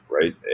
right